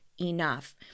enough